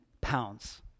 pounds